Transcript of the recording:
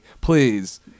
please